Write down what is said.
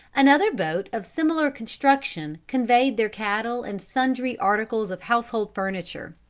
another boat of similar construction conveyed their cattle and sundry articles of household furniture.